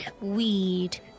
Weed